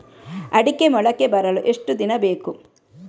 ಅಡಿಕೆ ಮೊಳಕೆ ಬರಲು ಎಷ್ಟು ದಿನ ಬೇಕು?